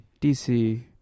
DC